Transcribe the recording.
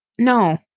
No